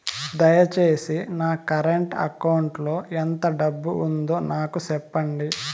దయచేసి నా current account లో ఎంత డబ్బు ఉందో నాకు సెప్పండి